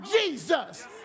Jesus